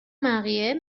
mariés